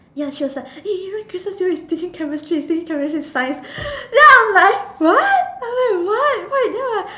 ya she was like eh you know Kristen Stewart is teaching chemistry is teaching chemistry and science ya I was like what I was like what what then I'm like